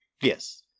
Yes